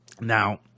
Now